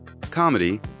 comedy